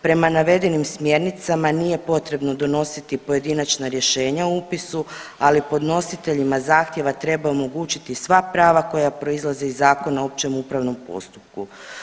Prema navedenim smjernicama nije potrebno donositi pojedinačna rješenja o upisu, ali podnositeljima zahtjeva treba omogućiti sva prava koja proizlaze iz Zakona o općem upravnom postupku.